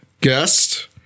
guest